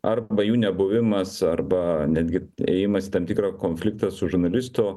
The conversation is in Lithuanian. arba jų nebuvimas arba netgi ėjimas į tam tikrą konfliktą su žurnalistu